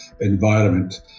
environment